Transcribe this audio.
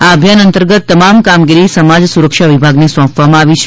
આ અભિયાન અંતર્ગત તમામ કામગીરી સમાજ સુરક્ષા વિભાગને સોંપવામાં આવી છે